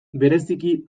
bereziki